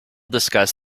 discuss